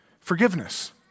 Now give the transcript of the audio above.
forgiveness